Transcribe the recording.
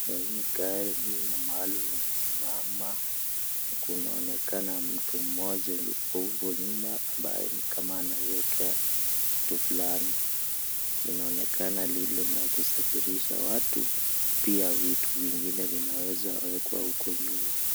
Gari ambalo limesimama, na kunaonekana mtu mmoja yuko huko nyuma, ambaye ni kama anaiekea kitu fulani. Inaonekana lile la kusafirisha watu pia vitu vingine vinaweza wekwa huko nyuma.